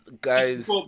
Guys